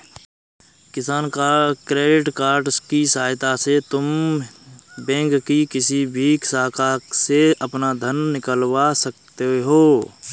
किसान credit card की सहायता से तुम बैंक की किसी भी शाखा से अपना धन निकलवा सकती हो